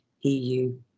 EU